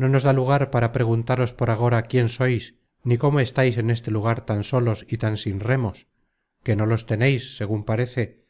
no nos da lugar para preguntaros por agora quién sois ni cómo estáis en este lugar tan solos y tan sin remos que no los teneis segun parece